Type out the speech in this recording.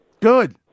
Good